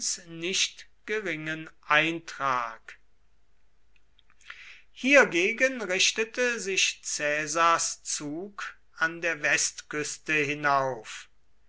nicht geringen eintrag hiergegen richtete sich caesars zug an der westküste hinauf